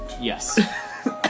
Yes